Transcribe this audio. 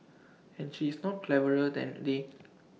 and she is not cleverer than they